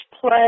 play